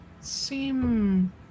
seem